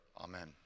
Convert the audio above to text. Amen